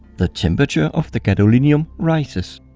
the temperature of the gadolinium rises.